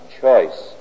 choice